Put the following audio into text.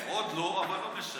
עוד לא, אבל לא משנה.